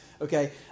okay